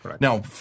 Now